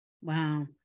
Wow